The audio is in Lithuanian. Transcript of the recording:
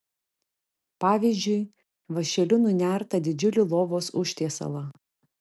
pavyzdžiui vąšeliu nunertą didžiulį lovos užtiesalą